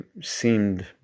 seemed